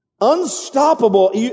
unstoppable